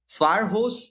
firehose